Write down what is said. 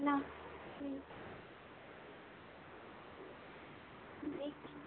না